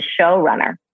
showrunner